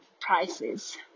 prices